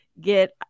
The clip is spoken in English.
get